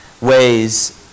ways